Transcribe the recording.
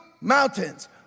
mountains